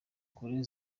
kure